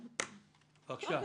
בבקשה.